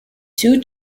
two